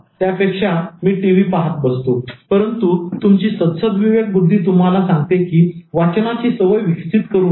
त्यापेक्षा मी टीव्ही पाहात बसतो परंतु तुमची सद्सद्विवेकबुद्धी तुम्हाला सांगते की वाचनाची सवय विकसित करून घ्या